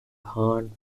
harlan